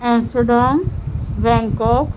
ایمسٹرا dam Bangkok